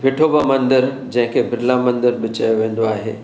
विठोबा मंदरु जंहिंखे बिरला मंदरु बि चयो वेंदो आहे